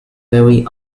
very